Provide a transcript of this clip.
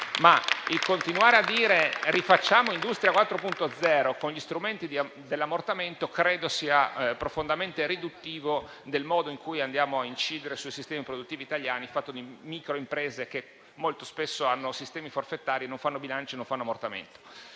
Continuare a dire di voler rifare Industria 4.0 con gli strumenti dell'ammortamento credo sia profondamente riduttivo del modo in cui andiamo a incidere sui sistemi produttivi italiani in fatto di micro imprese, che molto spesso hanno dei sistemi forfettari, non fanno bilanci e non fanno ammortamento.